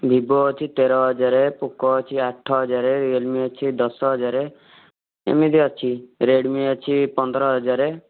Vivo ଅଛି ତେର ହଜାର ପୋକୋ ଅଛି ଆଠ ହଜାର ରିୟଲମି ଅଛି ଦଶ ହଜାର ଏମିତି ଅଛି ରେଡ଼ମି ଅଛି ପନ୍ଦର ହଜାର